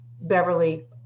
Beverly